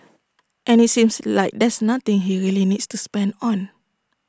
and IT seems like there's nothing he really needs to spend on